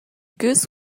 goose